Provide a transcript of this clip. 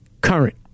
current